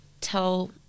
tell